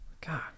God